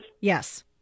Yes